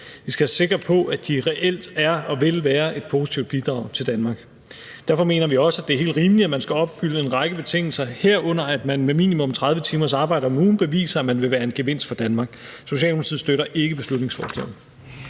Vi skal være sikre på, at de reelt er og vil være et positivt bidrag til Danmark. Derfor mener vi også, at det er helt rimeligt, at man skal opfylde en række betingelser, herunder at man med minimum 30 timers arbejde om ugen beviser, at man vil være en gevinst for Danmark. Socialdemokratiet støtter ikke beslutningsforslaget.